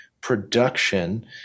production